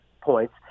points